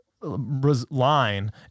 line